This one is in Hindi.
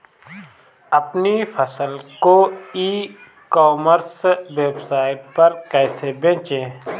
अपनी फसल को ई कॉमर्स वेबसाइट पर कैसे बेचें?